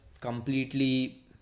completely